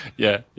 yeah,